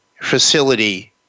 facility